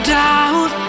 doubt